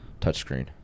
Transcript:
Touchscreen